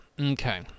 Okay